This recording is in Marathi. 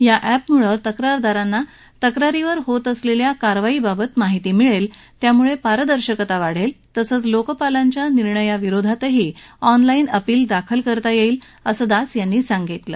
या ऍपमुळे तक्रारदाराला आपल्या तक्रारीवर होत असलेल्या कारवाईबाबत माहिती मिळेल त्यामुळे पारदर्शकता वाढेल तसंच लोकपालांच्या निर्णयाविरोधातही ऑनलाईन अपिल दाखल करता येईल असं दास यांनी सांगितलं